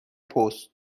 پست